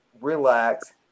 Relax